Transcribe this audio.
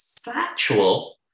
factual